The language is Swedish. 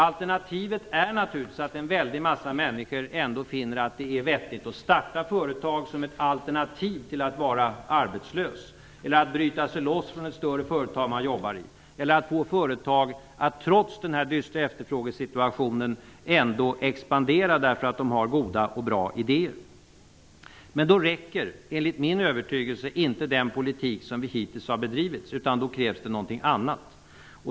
Alternativet är naturligtvis att en väldig massa människor ändå finner att det är vettigt att starta företag i stället för att vara arbetslösa eller genom att bryta sig loss från ett större företag man jobbar i. Ett alternativ är också att man får företag att trots den här dystra efterfrågesituationen expandera därför att de har goda och bra idéer. Men då räcker enligt min övertygelse inte den politik som vi hittills har bedrivit, utan då krävs det någonting annat.